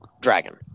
dragon